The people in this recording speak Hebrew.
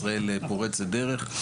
ישראל פורצת דרך,